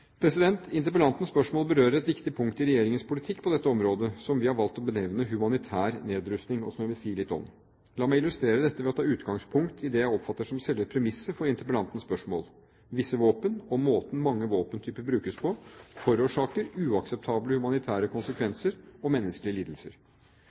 Interpellantens spørsmål berører et viktig punkt i regjeringens politikk på dette området som vi har valgt å benevne «humanitær nedrustning», og som jeg vil si litt om. La meg illustrere dette ved å ta utgangspunkt i det jeg oppfatter som selve premisset for interpellantens spørsmål: Visse våpen og måten mange våpentyper brukes på, forårsaker uakseptable humanitære